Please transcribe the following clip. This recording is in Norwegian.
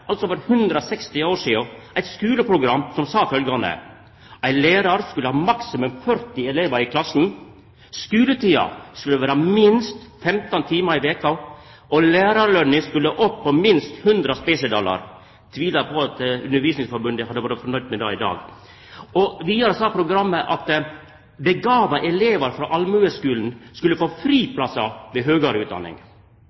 altså for 160 år sidan, eit skuleprogram som sa følgjande: Ein lærar skulle ha maksimum 40 elevar i klassen, skuletida skulle vera på minst 15 timar i veka, lærarløna skulle opp på minst 100 spesidalar – eg tvilar på at Undervisningsforbundet hadde vore nøgd med dette i dag. Vidare sa programmet at evnerike elevar frå almueskulen skulle få